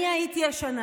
אני הייתי השנה